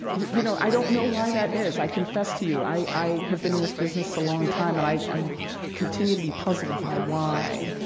you know, i don't know why that is. i confess to you. i i have been in this business a long time, and i i continue to be puzzled by why,